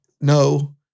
no